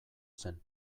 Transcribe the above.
zen